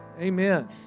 Amen